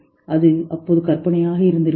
அது அப்போது கற்பனையாக இருந்திருக்கலாம்